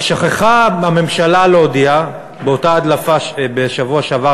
רק שכחה הממשלה להודיע באותה הדלפה בשבוע שעבר